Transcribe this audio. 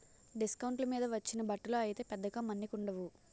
డిస్కౌంట్ల మీద వచ్చిన బట్టలు అయితే పెద్దగా మన్నికుండవు